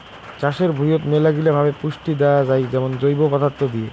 চাষের ভুঁইয়ত মেলাগিলা ভাবে পুষ্টি দেয়া যাই যেমন জৈব পদার্থ দিয়ে